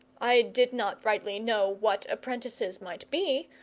i did not rightly know what apprentices might be,